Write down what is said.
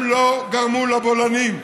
הם לא גרמו לבולענים.